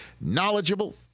knowledgeable